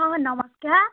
ହଁ ନମସ୍କାର୍